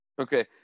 okay